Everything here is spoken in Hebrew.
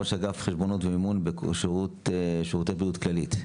ראש אגף חשבונאות ומימון בשירותי בריאות "כללית".